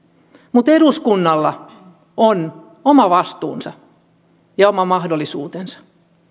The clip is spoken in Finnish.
mutta eduskunnalla on oma vastuunsa ja oma mahdollisuutensa